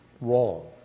wrong